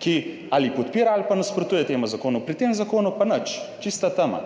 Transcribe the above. ki ali podpira ali pa nasprotuje temu zakonu, pri tem zakonu pa nič. Čista tema.